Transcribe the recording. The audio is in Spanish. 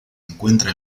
encuentra